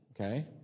okay